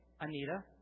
Anita